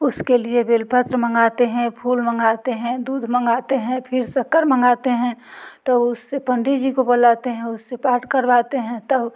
उसके लिए बेलपत्र मंगाते हैं फूल मंगाते हैं दूध मंगाते हैं फिर शक्कर मंगाते हैं तब उससे पंडी जी को बुलाते हैं उससे पाठ करवाते हैं तब